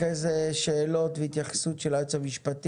אחרי זה שאלות והתייחסות של היועץ המשפטי,